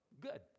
Good